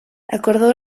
acordó